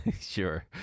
Sure